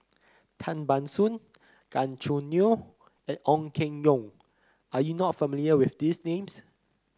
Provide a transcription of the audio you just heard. Tan Ban Soon Gan Choo Neo and Ong Keng Yong are you not familiar with these names